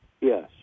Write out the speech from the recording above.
Yes